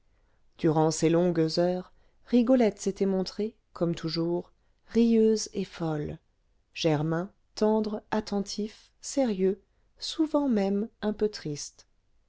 durant ces longues heures rigolette s'était montrée comme toujours rieuse et folle germain tendre attentif sérieux souvent même un peu triste